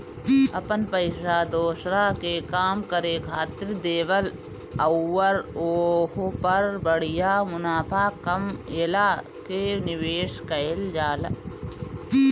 अपन पइसा दोसरा के काम करे खातिर देवल अउर ओहपर बढ़िया मुनाफा कमएला के निवेस कहल जाला